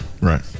Right